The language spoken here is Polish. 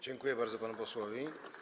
Dziękuję bardzo panu posłowi.